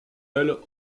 elles